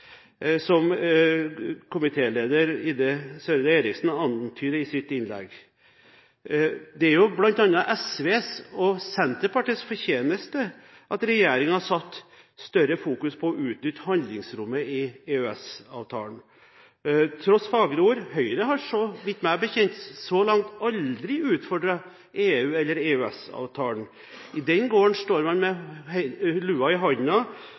som komitéleder Ine M. Eriksen Søreide antyder i sitt innlegg. Det er bl.a. SVs og Senterpartiets fortjeneste at regjeringen satte et større fokus på å utnytte handlingsrommet i EØS-avtalen. Til tross for fagre ord: Høyre har, meg bekjent, så langt aldri utfordret EU eller EØS-avtalen. I den gården står man med lua i